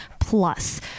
plus